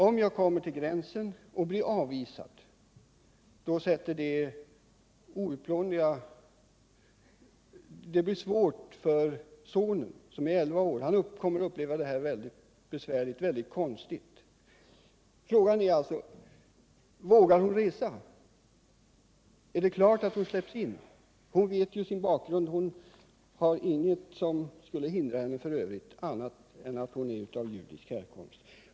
Om jag kommer till gränsen och blir avvisad, skriver hon, kommer detta att sätta outplånliga spår. Det blir svårt för min son, som är 11 år. Han kommer att uppleva detta som konstigt. Frågan är alltså: Vågar hon resa? Är det klart att hon kommer att släppas in i landet? Hon vet sin bakgrund. Det är inget annat som skulle hindra henne än att hon är av judisk härkomst.